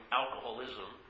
alcoholism